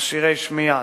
מכשירי שמיעה,